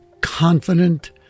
confident